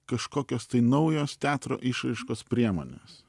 kažkokios tai naujos teatro išraiškos priemonės